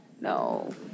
no